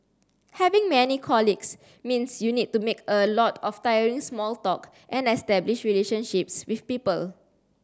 having many colleagues means you need to make a lot of tiring small talk and establish relationships with people